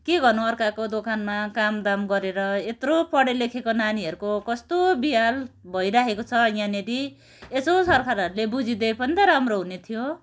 के गर्नु अर्काको दोकानमा कामदाम गरेर यत्रो पढेलेखेको नानीहरूको कस्तो बेहाल भइराखेको छ यहाँनिर यसो सरकारहरूले बुझिदिए पनि त राम्रो हुने थियो